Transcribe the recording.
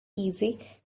easy